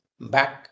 back